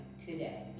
today